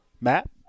Matt